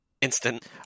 instant